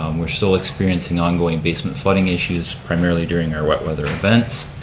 um we're still experiencing ongoing basement flooding issues, primarily during our wet weather events.